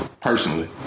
personally